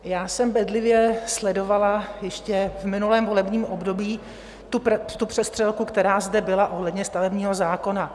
Já jsem bedlivě sledovala ještě v minulém volební období tu přestřelku, která zde byla ohledně stavebního zákona.